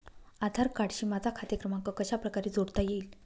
आधार कार्डशी माझा खाते क्रमांक कशाप्रकारे जोडता येईल?